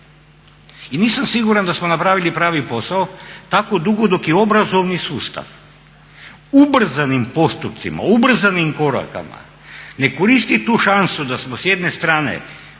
I nisam siguran da smo napravili pravi posao tako dugo dok i obrazovni sustav ubrzanim postupcima, ubrzanim koracima ne koristi tu šansu da smo s jedne strane